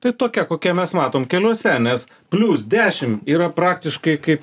tai tokia kokia mes matom keliuose nes plius dešim yra praktiškai kaip